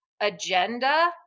agenda